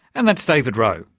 and that's david rowe,